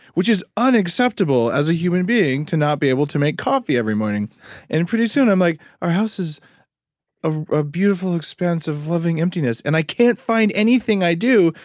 which is unacceptable as a human being to not be able to make coffee every morning and and pretty soon i'm like, our house is ah a beautiful, expansive living emptiness, and i can't find anything i do.